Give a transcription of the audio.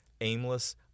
aimless